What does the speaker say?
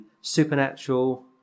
supernatural